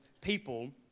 people